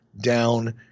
down